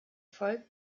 volk